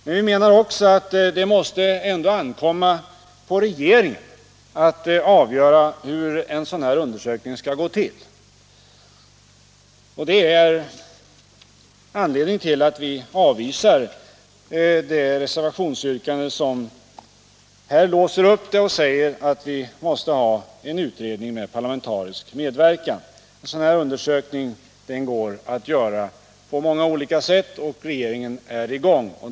Men vi menar också att det ändå måste ankomma på regeringen att avgöra hur en sådan här undersökning skall gå till. Detta är anledningen till att vi avvisar det reservationsyrkande som innebär att man binder upp sig; reservationen betyder att vi måste ha en utredning med parlamentarisk medverkan. En sådan här undersökning går att göra på många olika sätt, och regeringen är i gång.